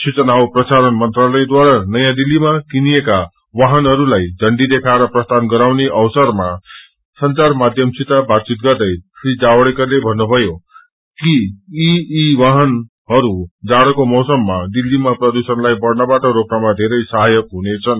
सूचना औ प्रसारण मंत्रालयहद्वारा नयाँ दिल्लीमा किनिएका वाहनहरूलाई झण्डी देखाएर प्रस्थान गराउने अवसरमा संचार माध्यमसित बातचित गर्दै श्री जावडेकरले भन्नुभयो कि यी ई वाहनहरू जाड़ोको मौसमा दिल्लीमा प्रदूषणलाई बढ़नबाट रोक्नमा धेरै सहायक हुनेछन्